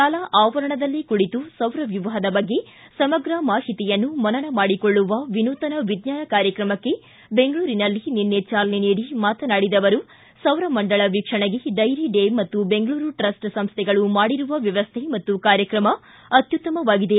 ಶಾಲಾ ಆವರಣದಲ್ಲೇ ಕುಳಿತು ಸೌರ ವ್ಯೂಪದ ಬಗ್ಗೆ ಸಮಗ್ರ ಮಾಹಿತಿಯನ್ನು ಮನನ ಮಾಡಿಕೊಳ್ಳುವ ವಿನೂತನ ವಿಜ್ಞಾನ ಕಾರ್ಯಕ್ರಮಕ್ಕೆ ಬೆಂಗಳೂರಿನಲ್ಲಿ ನಿನ್ನೆ ಚಾಲನೆ ನೀಡಿ ಮಾತನಾಡಿದ ಅವರು ಸೌರ ಮಂಡಳ ವೀಕ್ಷಣೆಗೆ ಡೈರಿ ಡೇ ಮತ್ತು ಬೆಂಗಳೂರು ಟ್ರಸ್ಟ್ ಸಂಸ್ಥೆಗಳು ಮಾಡಿರುವ ವ್ಯವಸ್ಥೆ ಮತ್ತು ಕಾರ್ಯಕ್ರಮ ಅತ್ಯುತ್ತಮವಾಗಿದೆ